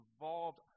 involved